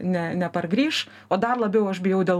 ne nepargrįš o dar labiau aš bijau dėl